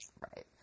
right